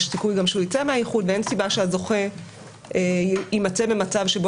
יש סיכוי שהוא גם יצא מהאיחוד ואין סיבה שהזוכה יימצא במצב שבו